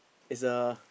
is a